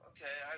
Okay